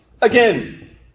Again